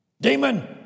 demon